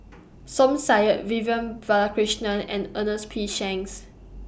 Som Said Vivian Balakrishnan and Ernest P Shanks